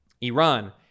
Iran